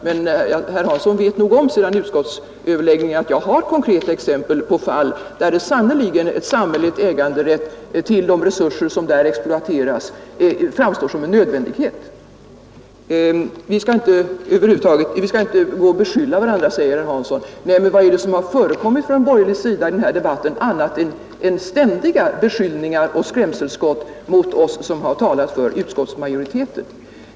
Herr Hansson vet nog om sedan utskottsöverläggningarna att jag har konkreta exempel på fall där sannerligen ett samhällsägande av de resurser som exploateras framstår som en nödvändighet. Vi skall inte gå omkring och beskylla varandra, säger herr Hansson vidare. Men vad är det som förekommit från borgerlig sida i den här debatten annat än ständiga beskyllningar mot oss som talat för utskottet och skrämskott mot människorna.